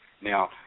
Now